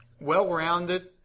Well-rounded